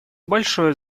большое